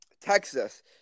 Texas